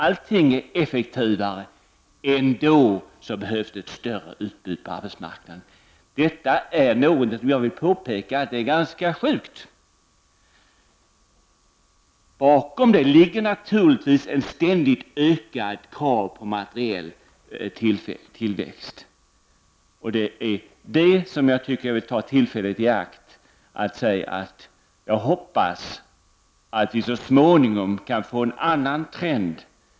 Allting är effektivare, ändå behövs det ett större utbud på arbetsmarknaden. Detta är något, det vill jag påpeka, ganska sjukt. Bakom det ligger naturligtvis ett ständigt ökat krav på materiell tillväxt. Det är det jag vill ta tillfället i akt att säga, att jag hoppas att vi så småningom kan få en annan trend.